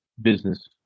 business